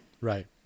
Right